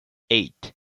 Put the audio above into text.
eight